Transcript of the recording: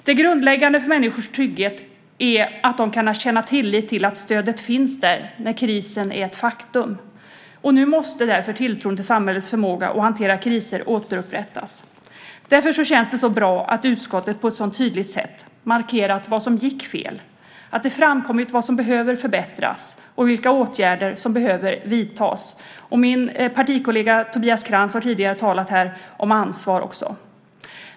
Det grundläggande för människors trygghet är att de kan känna tillit till att stödet finns där när krisen är ett faktum. Nu måste därför tilltron till samhällets förmåga att hantera kriser återupprättas. Därför känns det så bra att utskottet på ett så tydligt sätt markerat vad som gick fel, att det framkommit vad som behöver förbättras och vilka åtgärder som behöver vidtas. Min partikollega Tobias Krantz har tidigare också talat om ansvar.